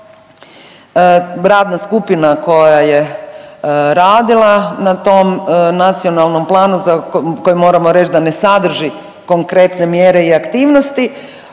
radna skupina koja je radila na tom nacionalnom planu koje moramo reć da ne sadrži konkretne mjere i aktivnosti